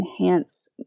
enhance